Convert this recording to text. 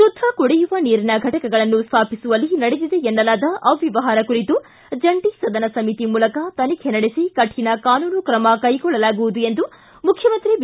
ಶುದ್ಧ ಕುಡಿಯುವ ನೀರಿನ ಘಟಕಗಳನ್ನು ಸ್ಥಾಪಿಸುವಲ್ಲಿ ನಡೆದಿದೆ ಎನ್ನಲಾದ ಅವ್ಯವಹಾರ ಕುರಿತು ಜಂಟಿ ಸದನ ಸಮಿತಿ ಮೂಲಕ ತನಿಖೆ ನಡೆಸಿ ಕಠಿಣ ಕಾನೂನು ಕ್ರಮ ಕೈಗೊಳ್ಳಲಾಗುವುದು ಎಂದು ಮುಖ್ಯಮಂತ್ರಿ ಬಿ